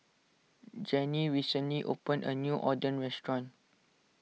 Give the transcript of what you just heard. Jenni recently opened a new Oden restaurant